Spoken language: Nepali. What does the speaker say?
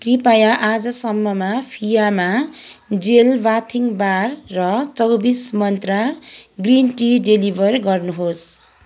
कृपया आजसम्ममा फियामा जेल बाथिङ बार र चौबिस मन्त्रा ग्रिन टी डेलिभर गर्नुहोस्